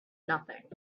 nothing